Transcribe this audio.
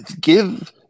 Give